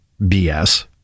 BS